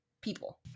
people